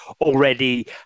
already